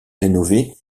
rénové